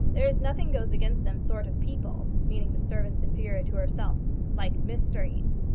there is nothing goes against them sort of people, meaning the servants inferior to herself like mysteries.